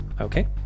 okay